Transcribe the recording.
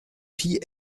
fille